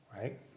right